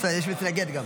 יש גם מתנגד.